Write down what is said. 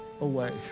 away